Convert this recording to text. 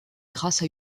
grâce